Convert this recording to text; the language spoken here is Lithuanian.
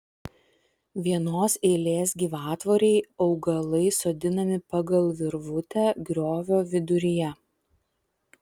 vienos eilės gyvatvorei augalai sodinami pagal virvutę griovio viduryje